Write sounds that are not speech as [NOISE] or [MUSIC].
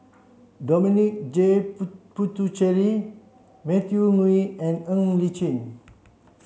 Dominic J [UNINTELLIGIBLE] Puthucheary Matthew Ngui and Ng Li Chin